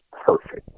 perfect